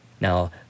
Now